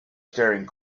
staring